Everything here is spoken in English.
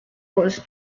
was